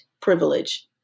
privilege